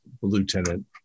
lieutenant